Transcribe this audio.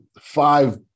five